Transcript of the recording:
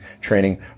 training